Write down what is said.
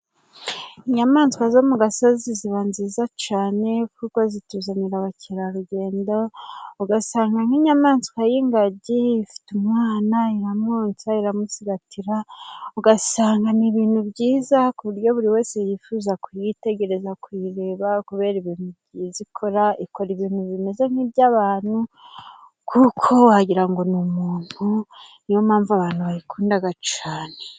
Inyamaswa zo mu gasozi ziba nziza cyane, kuko zituzanira abakerarugendo. Ugasanga nk'inyamaswa y'ingagi ifite umwana iramwonsa, iramusigatira, ugasanga ni ibintu byiza ku buryo buri wese yifuza kuyitegereza, kuyireba, kubera ibintu byiza ikora. Ikora ibintu bimeze nk'iby'abantu, kuko wagira ngo ni umuntu. Ni yo mpamvu abantu bayikunda cyane.